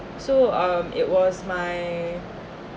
so um it was my